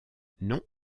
non